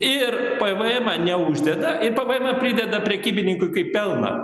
ir pėėevmą neuždeda ir pėvėemą prideda prekybininkui kaip pelną